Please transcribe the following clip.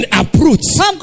approach